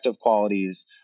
qualities